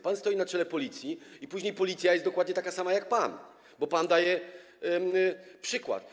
Pan stoi na czele Policji i później Policja jest dokładnie taka sama jak pan, bo pan daje przykład.